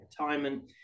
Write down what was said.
retirement